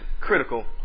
critical